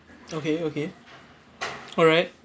okay okay all right